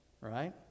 right